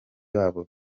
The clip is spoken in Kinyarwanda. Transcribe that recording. babo